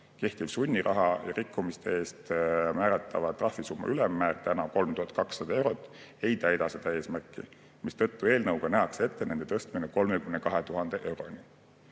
Kehtiv sunniraha ja rikkumiste eest määratava trahvisumma ülemmäär, 3200 eurot, ei täida seda eesmärki, mistõttu eelnõuga nähakse ette selle tõstmine 32 000